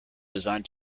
designed